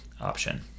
option